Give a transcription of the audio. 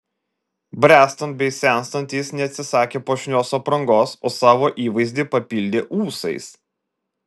bręstant bei senstant jis neatsisakė puošnios aprangos o savo įvaizdį papildė ūsais